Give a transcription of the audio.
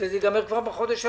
כבר בחודש הבא.